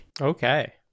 Okay